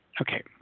Okay